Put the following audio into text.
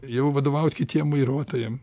jau vadovaut kitiem vairuotojam